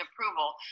approval